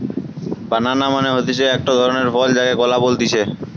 বানানা মানে হতিছে একটো ধরণের ফল যাকে কলা বলতিছে